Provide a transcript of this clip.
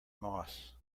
moss